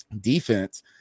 defense